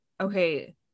okay